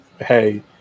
hey